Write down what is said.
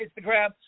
Instagram